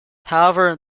however